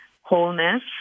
wholeness